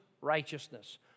righteousness